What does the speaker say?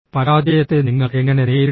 പരാജയത്തെ നിങ്ങൾ എങ്ങനെ നേരിടും